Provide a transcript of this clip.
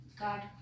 God